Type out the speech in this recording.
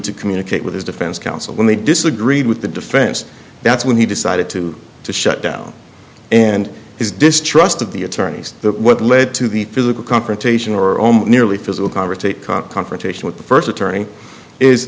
to communicate with his defense counsel when they disagreed with the defense that's when he decided to to shut down and his distrust of the attorneys that what led to the physical confrontation or nearly physical convert a confrontation with the first attorney is